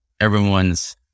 everyone's